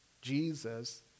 Jesus